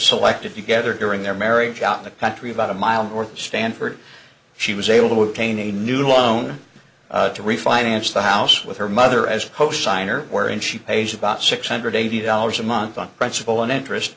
selected together during their marriage out in the country about a mile north of stanford she was able to obtain a new loan to refinance the house with her mother as cosigner wherein she pays about six hundred eighty dollars a month on principal and interest